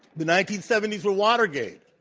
the nineteen seventy s were watergate,